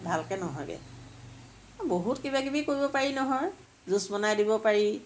ভালকে নহয়গে বহুত কিবাকিবি কৰিব পাৰি নহয় জুচ বনাই দিব পাৰি